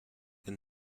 and